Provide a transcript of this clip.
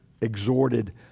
exhorted